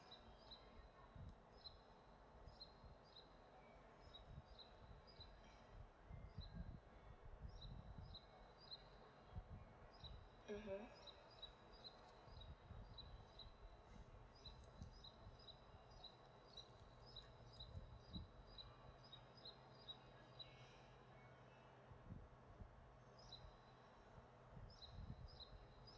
mmhmm